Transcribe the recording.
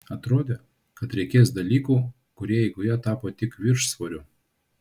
atrodė kad reikės dalykų kurie eigoje tapo tik viršsvoriu